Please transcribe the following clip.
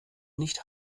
nicht